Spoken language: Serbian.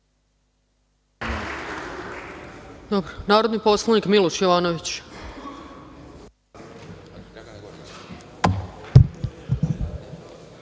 narodni poslanik Miloš Jovanović.